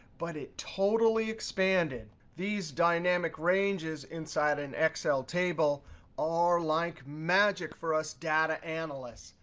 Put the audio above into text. but it totally expanded. these dynamic ranges inside an excel table are like magic for us data analysts.